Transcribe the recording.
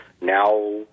now